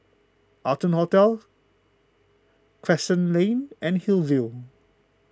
Arton Hotel Crescent Lane and Hillview